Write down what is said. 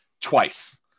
twice